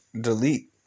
delete